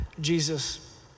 Jesus